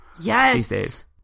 yes